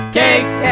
cakes